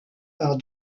par